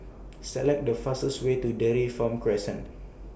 Select The fastest Way to Dairy Farm Crescent